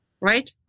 right